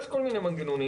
יש כל מיני מנגנונים.